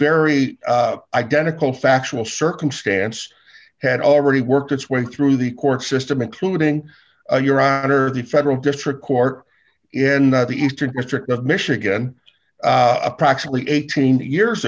very identical factual circumstance had already worked its way through the court system including your honor the federal district court in the eastern district of michigan approximately eighteen years